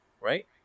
right